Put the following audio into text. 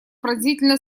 пронзительно